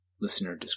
Listener